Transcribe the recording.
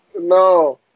No